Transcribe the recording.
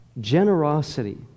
Generosity